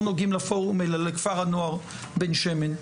נוגעים לפורום אלא לכפר הנוער בן שמן.